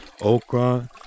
okra